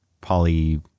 poly